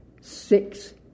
six